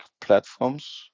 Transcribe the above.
platforms